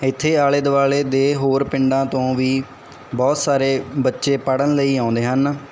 ਇੱਥੇ ਆਲੇ ਦੁਆਲੇ ਦੇ ਹੋਰ ਪਿੰਡਾਂ ਤੋਂ ਵੀ ਬਹੁਤ ਸਾਰੇ ਬੱਚੇ ਪੜ੍ਹਨ ਲਈ ਆਉਂਦੇ ਹਨ